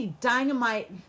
dynamite